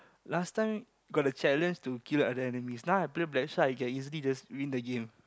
last time got the challenge to kill the enemies now I play Blackshot I can easily just win the game